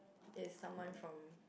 is someone from